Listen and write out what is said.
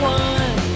one